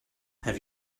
have